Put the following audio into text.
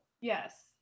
yes